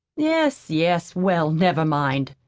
yes, yes well, never mind,